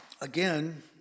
again